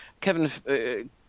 Kevin